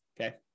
Okay